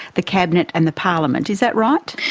the cabinet and the parliament. is that right?